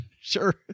Sure